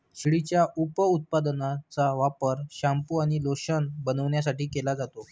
शेळीच्या उपउत्पादनांचा वापर शॅम्पू आणि लोशन बनवण्यासाठी केला जातो